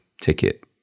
ticket